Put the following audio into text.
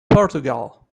portugal